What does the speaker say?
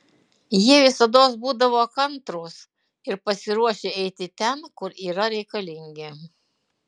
jie visados būdavo kantrūs ir pasiruošę eiti ten kur yra reikalingi